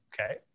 Okay